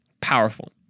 powerful